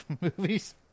movies